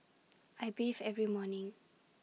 I bathe every morning